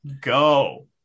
go